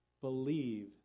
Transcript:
believe